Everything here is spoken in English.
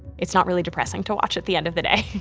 it's not really depressing to watch, at the end of the day.